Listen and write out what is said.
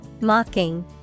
Mocking